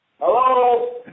Hello